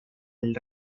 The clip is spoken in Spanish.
del